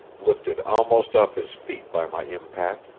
lifted almost off his feet by my impact,